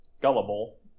gullible